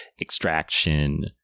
extraction